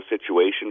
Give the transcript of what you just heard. situation